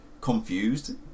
confused